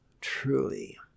truly